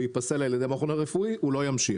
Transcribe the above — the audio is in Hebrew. ייפסל על ידי המכון הרפואי הוא לא ימשיך.